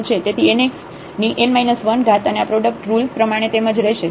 તેથી nxn 1 અને આ પ્રોડક્ટ રુલ પ્રમાણે તેમ જ રહેશે